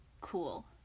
cool